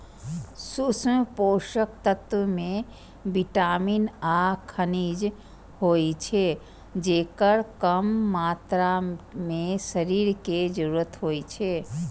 सूक्ष्म पोषक तत्व मे विटामिन आ खनिज होइ छै, जेकर कम मात्रा मे शरीर कें जरूरत होइ छै